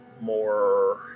more